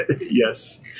yes